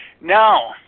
Now